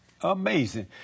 Amazing